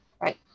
right